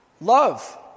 love